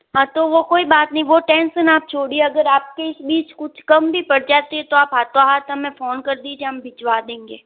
हाँ तो वो कोई बात नहीं वो टेंशन आप छोड़िए अगर आप के इस बीच कुछ कम भी पड़ जाती है तो आप हाथों हाथ हमें फ़ोन कर दीजिए हम भिजवा देंगे